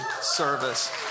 service